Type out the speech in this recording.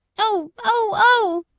oh, oh, oh!